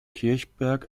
kirchberg